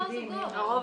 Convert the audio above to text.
לא,